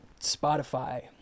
Spotify